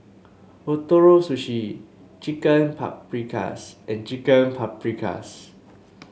Ootoro Sushi Chicken Paprikas and Chicken Paprikas